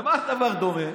למה הדבר דומה?